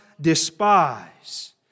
despise